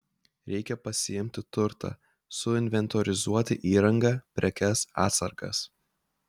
reikia pasiimti turtą suinventorizuoti įrangą prekes atsargas